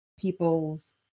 people's